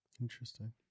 Interesting